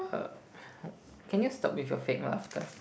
uh can you stop with your fake laughter